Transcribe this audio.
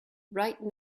right